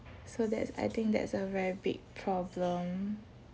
so that's I think that's a very big problem